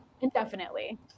indefinitely